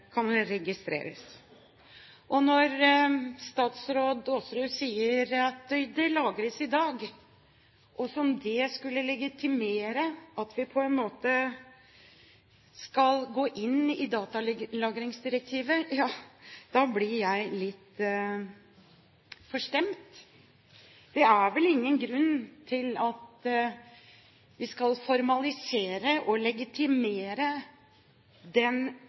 kan registreres. Og når statsråd Aasrud sier at det lagres i dag, som om det skulle legitimere at vi skal gå inn for datalagringsdirektivet – ja, da blir jeg litt forstemt. Det er vel ingen grunn til at vi skal formalisere og legitimere den